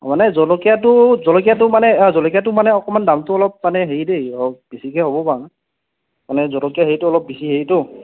মানে জলকীয়াটো জলকীয়াটো মানে জলকীয়াটো মানে অকণমান দামটো অলপ মানে হেৰি দেই অলপ বেছিকৈ হ'ব কাৰণ মানে জলকীয়া হেৰিটো অলপ বেছি হেৰিতো